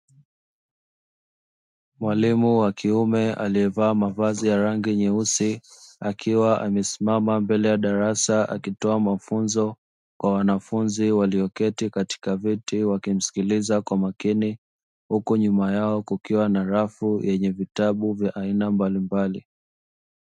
Mwalimu wa kiume aliyevaa mavasi ya rangi nyeusi. Akiwa amesimama mbele ya darasa akitoa mafunzo kwa wanafunzi walioketi katika viti wakimsikiliza kwa makini. Huku nyuma yao kukiwa na rafu yenye vitabu vya aina mbalimbali.